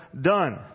done